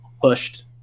pushed